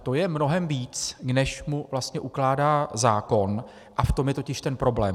To je mnohem víc, než mu vlastně ukládá zákon, a v tom je totiž ten problém.